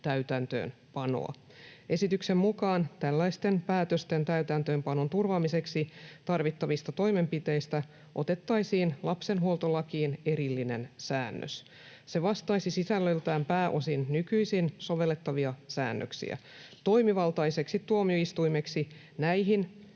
täytäntöönpanoa. Esityksen mukaan tällaisten päätösten täytäntöönpanon turvaamiseksi tarvittavista toimenpiteistä otettaisiin lapsenhuoltolakiin erillinen säännös. Se vastaisi sisällöltään pääosin nykyisin sovellettavia säännöksiä. Toimivaltaiseksi tuomioistuimeksi näihin